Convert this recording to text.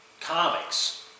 comics